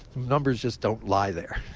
numbers just don't lie there.